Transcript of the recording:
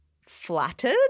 flattered